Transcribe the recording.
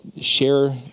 share